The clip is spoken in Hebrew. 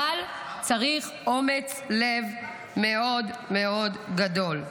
אבל צריך אומץ לב מאוד מאוד גדול,